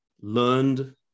learned